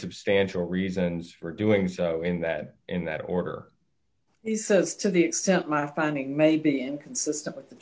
substantial reasons for doing so in that in that order he says to the extent my finding may be inconsistent with the